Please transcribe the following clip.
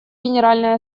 генеральной